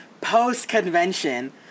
post-convention